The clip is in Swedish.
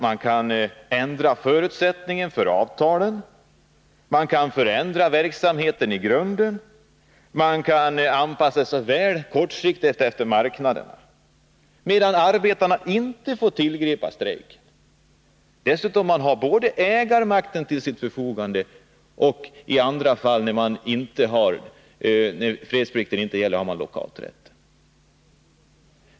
Man kan ändra förutsättningen för avtalen, man kan förändra verksamheten i grunden, man kan anpassa sig kortsiktigt efter marknaderna, medan arbetarna inte får tillgripa strejk. Dessutom har man ägarmakten till sitt förfogande. Och när fredsplikten inte gäller har man lockouträtt.